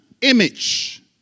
image